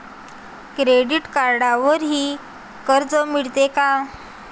Credit कार्डवरही कर्ज मिळते का?